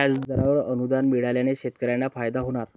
व्याजदरावर अनुदान मिळाल्याने शेतकऱ्यांना फायदा होणार